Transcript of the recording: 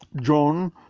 John